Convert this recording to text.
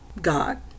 god